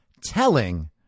telling